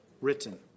written